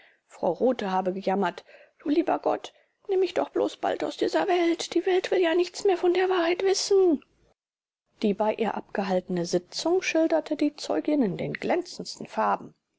frau rothe habe gejammert du lieber gott nimm mich doch bloß bald aus dieser welt die welt will ja nichts mehr von der wahrheit wissen die bei ihr abgehaltene sitzung schilderte die zeugin in den glänzendsten farben